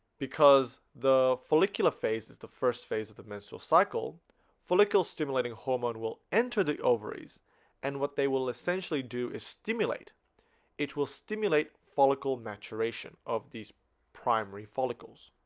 because the follicular phase is the first phase of the menstrual cycle follicle stimulating hormone will enter the ovaries and what they will essentially do is stimulate it will stimulate follicle maturation of these primary follicles